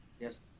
Yes